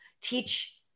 teach